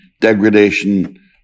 degradation